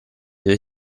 dai